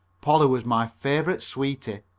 polly was my favorite sweetie.